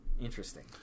Interesting